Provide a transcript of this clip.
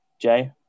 Jay